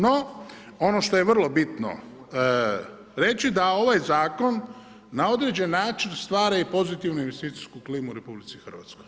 No ono što je vrlo bitno reći da ovaj zakon na određeni način stvara i pozitivnu investicijsku klimu u RH.